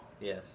Yes